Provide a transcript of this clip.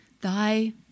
thy